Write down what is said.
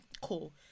Cool